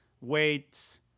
weights